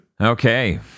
okay